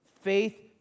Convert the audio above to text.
faith